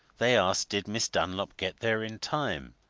they asked did miss dunlop get there in time,